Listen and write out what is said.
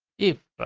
if